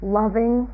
loving